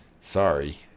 sorry